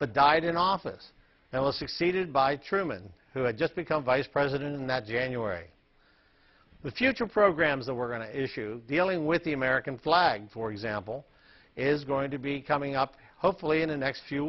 but died in office and was succeeded by truman who had just become vice president in that january the future programs that were going to issue dealing with the american flag for example is going to be coming up hopefully in a next few